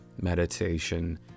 meditation